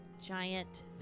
giant